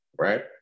right